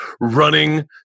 running